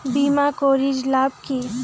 বিমা করির লাভ কি?